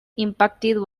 impacted